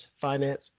Finance